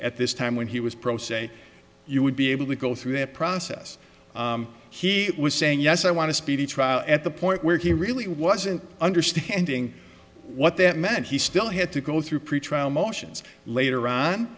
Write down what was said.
at this time when he was pro se you would be able to go through that process he was saying yes i want to speedy trial at the point where he really wasn't understanding what that meant he still had to go through pretrial motions later on